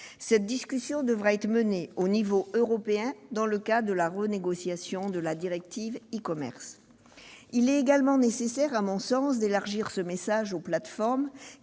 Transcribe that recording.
Cette discussion devra être menée à l'échelon européen, dans le cadre de la renégociation de la directive e-commerce. Il est également nécessaire, à mon sens, d'élargir ce message aux plateformes